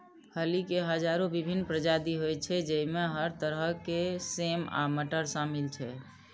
फली के हजारो विभिन्न प्रजाति होइ छै, जइमे हर तरह के सेम आ मटर शामिल छै